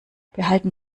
behalten